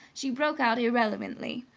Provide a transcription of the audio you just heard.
she broke out irrelevantly,